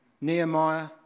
Nehemiah